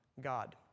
God